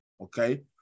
okay